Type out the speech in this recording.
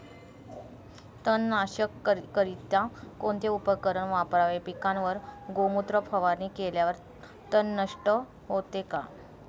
तणनाशकाकरिता कोणते उपकरण वापरावे? पिकावर गोमूत्र फवारणी केल्यावर तण नष्ट होते का?